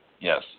Yes